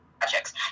projects